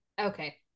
Okay